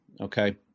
okay